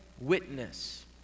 witness